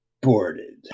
boarded